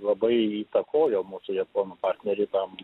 labai įtakojo mūsų japonų partneriai tą